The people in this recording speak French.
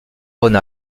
rhône